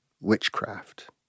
witchcraft